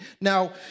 Now